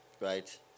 Right